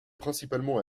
principalement